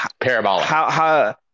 parabolic